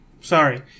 Sorry